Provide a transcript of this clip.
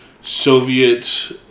Soviet